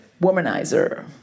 womanizer